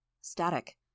Static